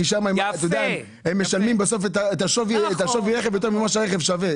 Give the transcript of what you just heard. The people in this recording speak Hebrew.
כי שמה אתה יודע הם משלמים בסוף את שווי הרכב יותר ממה שהרכב שווה,